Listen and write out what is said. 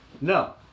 No